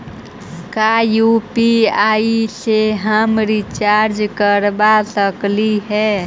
का यु.पी.आई से हम रिचार्ज करवा सकली हे?